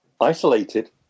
isolated